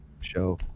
show